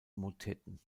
motetten